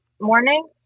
morning